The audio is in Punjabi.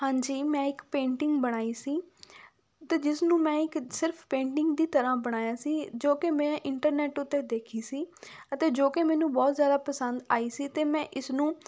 ਹਾਂਜੀ ਮੈਂ ਇੱਕ ਪੇਂਟਿੰਗ ਬਣਾਈ ਸੀ ਅਤੇ ਜਿਸ ਨੂੰ ਮੈਂ ਇੱਕ ਸਿਰਫ਼ ਪੇਂਟਿੰਗ ਦੀ ਤਰ੍ਹਾਂ ਬਣਾਇਆ ਸੀ ਜੋ ਕਿ ਮੈਂ ਇੰਟਰਨੈੱਟ ਉੱਤੇ ਦੇਖੀ ਸੀ ਅਤੇ ਜੋ ਕਿ ਮੈਨੂੰ ਬਹੁਤ ਜ਼ਿਆਦਾ ਪਸੰਦ ਆਈ ਸੀ ਅਤੇ ਮੈਂ ਇਸਨੂੰ